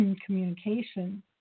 communication